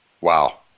Wow